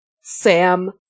Sam